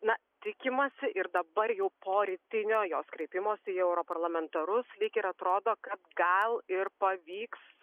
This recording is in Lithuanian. na tikimasi ir dabar jau po rytinio jos kreipimosi į europarlamentarus lyg ir atrodo kad gal ir pavyks